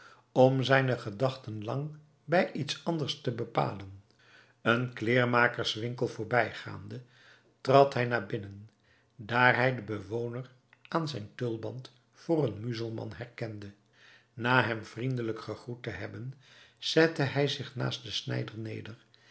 om zijne gedachten lang bij iets anders te bepalen een kleêrmakerswinkel voorbijgaande trad hij naar binnen daar hij den bewoner aan zijn tulband voor een muzelman herkende na hem vriendelijk gegroet te hebben zette hij zich naast den snijder neder